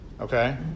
Okay